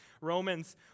Romans